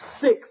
Six